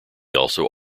also